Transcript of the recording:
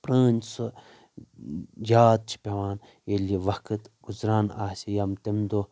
پرٲنۍ سُہ یاد چھِ پیوان ییٚلہِ یہِ وقت گزران آسہِ یم تمِ دۄہ